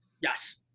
yes